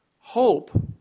Hope